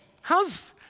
how's